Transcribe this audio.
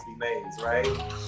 right